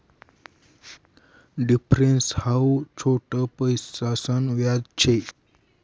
difference हाऊ छोट पैसासन व्याज शे